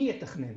מי יתכנן.